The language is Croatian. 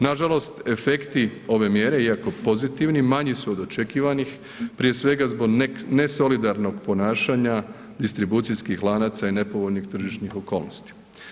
Nažalost efekti ove mjere iako pozitivni, manji su od očekivanih prije svega zbog nesolidarnog ponašanja distribucijskih lanaca i nepovoljnih tržišnih okolnosti.